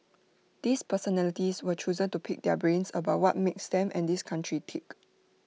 these personalities were chosen to pick their brains about what makes them and this country tick